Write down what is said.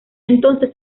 entonces